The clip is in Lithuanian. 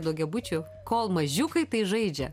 daugiabučių kol mažiukai tai žaidžia